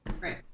Right